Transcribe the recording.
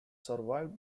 survived